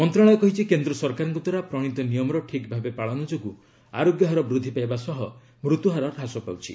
ମନ୍ତ୍ରଣାଳୟ କହିଛି କେନ୍ଦ୍ର ସରକାରଙ୍କ ଦ୍ୱାରା ପ୍ରଣୀତ ନିୟମର ଠିକ୍ ଭାବେ ପାଳନ ଯୋଗୁଁ ଆରୋଗ୍ୟ ହାର ବୃଦ୍ଧି ପାଇବା ସହ ମୃତ୍ୟୁହାର ହାସ ପାଉଛି